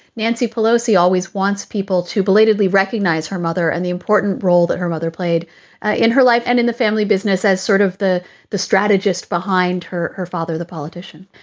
nancy pelosi always wants people to belatedly recognize her mother and the important role that her mother played ah in her life. and in the family business as sort of the the strategist behind her, her father, the politician.